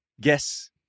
Guess